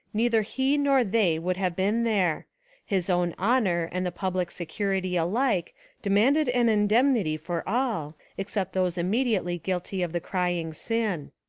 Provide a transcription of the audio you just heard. neither he nor they would have been there his own honour and the public security alike demanded an indemnity for all except those immediately guilty of the crying sin.